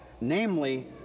namely